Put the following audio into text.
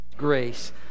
grace